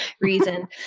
reason